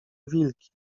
wilki